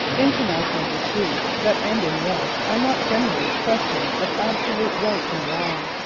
international disputes that end in war are not generally questions of absolute right and wrong.